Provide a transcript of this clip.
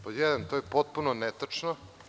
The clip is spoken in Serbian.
Pod jedan – to je potpuno netačno.